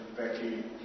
Becky